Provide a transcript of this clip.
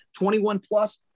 21-plus